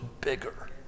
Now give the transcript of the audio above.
bigger